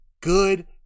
good